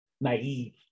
naive